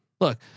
Look